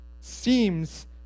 seems